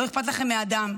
לא אכפת לכם מהדם.